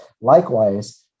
likewise